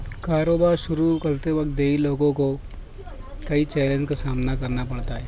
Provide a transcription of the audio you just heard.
کاروبار شروع کرتے وقت دیہی لوگوں کو کئی چیلنج کا سامنا کرنا پڑتا ہے